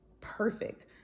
perfect